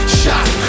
shot